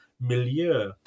milieu